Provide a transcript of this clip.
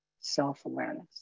self-awareness